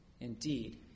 Indeed